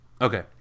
Okay